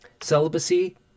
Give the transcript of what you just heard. Celibacy